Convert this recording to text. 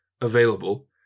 available